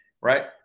right